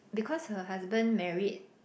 because her husband married